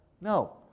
No